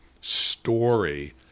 story